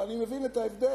אבל אני מבין את ההבדל,